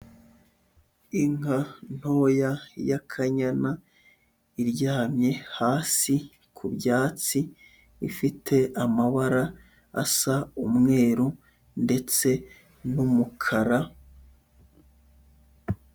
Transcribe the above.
Inka ntoya y'akanyana, iryamye hasi ku byatsi, ifite amabara asa umweru ndetse n'umukara.